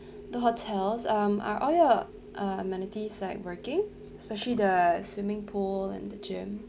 the hotels um are all your uh amenities like working especially the swimming pool and the gym